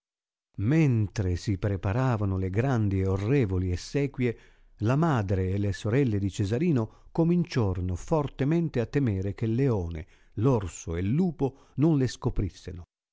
mentre si preparavano le grandi e orrevoli essequie la madre e le sorelle di cesarino cominciorono fortemente a temere che il leone l orso e il lupo non le scoprisseno